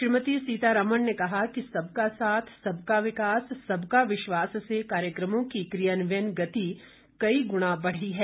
श्रीमती सीतारामण ने कहा कि सबका साथ सबका विकास सबका विश्वास से कार्यक्रमों की क्रियान्वयन गति कई गुणा बढ़ी है